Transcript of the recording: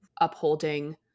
upholding